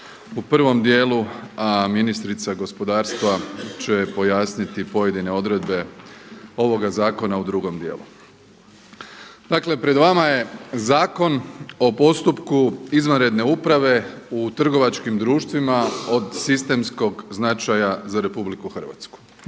u prvom dijelu, a ministrica gospodarstva će pojasniti pojedine odredbe ovoga zakona u drugom dijelu. Dakle pred vama je Zakon o postupku izvanredne uprave u trgovačkim društvima od sistemskog značaja za RH.